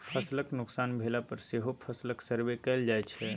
फसलक नोकसान भेला पर सेहो फसलक सर्वे कएल जाइ छै